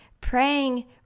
Praying